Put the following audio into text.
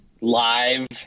live